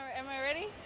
am i ready?